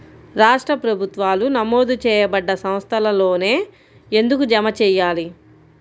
రాష్ట్ర ప్రభుత్వాలు నమోదు చేయబడ్డ సంస్థలలోనే ఎందుకు జమ చెయ్యాలి?